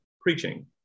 preaching